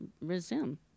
Resume